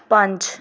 ਪੰਜ